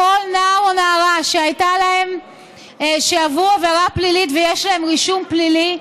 כל נער או נערה שעברו עבירה פלילית ויש להם רישום פלילי,